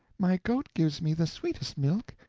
my goat gives me the sweetest milk,